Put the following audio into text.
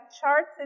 charts